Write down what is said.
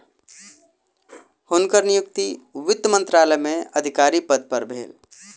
हुनकर नियुक्ति वित्त मंत्रालय में अधिकारी पद पर भेल